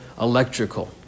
electrical